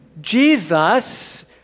Jesus